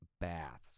baths